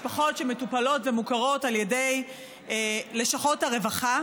משפחות שמטופלות ומוכרות על ידי לשכות הרווחה